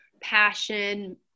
passion